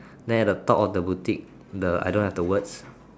there the top of the boutique the I don't have the words